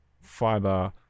fiber